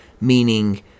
meaning